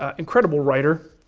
ah incredible writer,